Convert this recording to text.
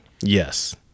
yes